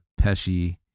Pesci